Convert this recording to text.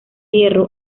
hierro